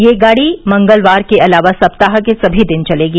यह गाड़ी मंगलवार के अलावा सप्ताह के सभी दिन चलेगी